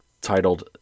titled